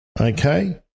okay